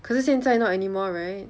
可是现在 not anymore right